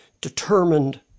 determined